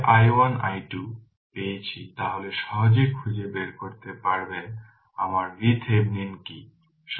তাই i1 i2 পেয়েছি তাহলে সহজেই খুঁজে বের করতে পারবেন আমার VThevenin কি